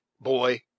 boy